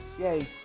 yay